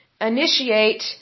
initiate